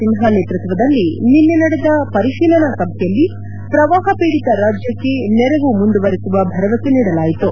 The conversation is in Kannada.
ಸಿನ್ವಾ ನೇತೃತ್ವದಲ್ಲಿ ನಿನ್ನೆ ನಡೆದ ಪರಿಶೀಲನಾ ಸಭೆಯಲ್ಲಿ ಪ್ರವಾಹ ಪೀಡಿತ ರಾಜ್ಯಕ್ಷೆ ನೆರವು ಮುಂದುವರಿಸುವ ಭರವಸೆ ನೀಡಲಾಯಿತು